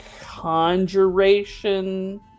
conjuration